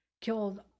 killed